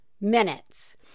minutes